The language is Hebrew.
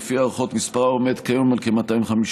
ולפי ההערכות מספרם עומד כיום על כ-000,250.